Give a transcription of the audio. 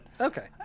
okay